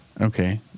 okay